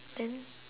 then